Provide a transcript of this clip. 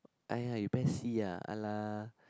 !aiya! you pes C [ala]